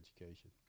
education